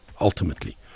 ultimately